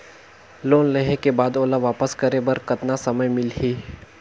Loan लेहे के बाद ओला वापस करे बर कतना समय मिलही?